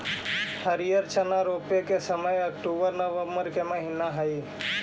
हरिअर चना रोपे के समय अक्टूबर नवंबर के महीना हइ